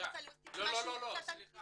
רוצה להוסיף משהו קצר.